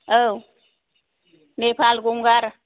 औ नेफाल गंगार